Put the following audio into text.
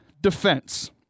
defense